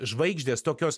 žvaigždės tokios